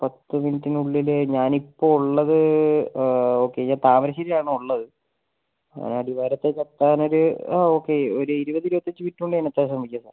പത്ത് മിനിറ്റിന് ഉള്ളില് ഞാൻ ഇപ്പം ഉള്ളത് ഓക്കെ ഞാൻ താമരശ്ശേരി ആണ് ഉള്ളത് അടിവാരത്തേക്ക് എത്താൻ ഒര് ആ ഓക്കെ ഒര് ഇരുപത് ഇരുപത്തഞ്ച് മിനിറ്റിന് ഉള്ളില് എത്താൻ ശ്രമിക്കാം സാർ